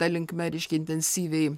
ta linkme reiškia intensyviai